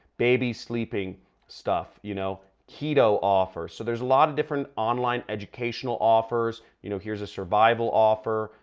baby's sleeping stuff, you know? keto offers. so, there's a lot of different online educational offers. you know, here's a survival offer.